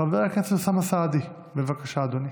חבר הכנסת אוסאמה סעדי, בבקשה, אדוני.